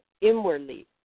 inwardly